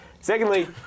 Secondly